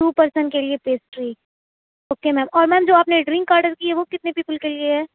to person کے لیے pastry okay ma'am اور میم جو آپ نے ڈرنک آڈر کی ہے وہ کتنے پیپل کے لیے ہے